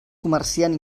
comerciant